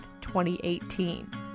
2018